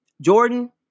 Jordan